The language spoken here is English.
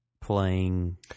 playing